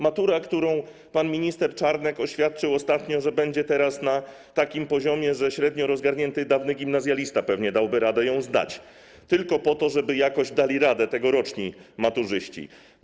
Matura, w przypadku której pan minister Czarnek oświadczył ostatnio, że będzie teraz na takim poziomie, że średnio rozgarnięty dawny gimnazjalista pewnie dałby radę ją zdać, tylko po to, żeby jakoś dali radę tegoroczni maturzyści.